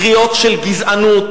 קריאות של גזענות,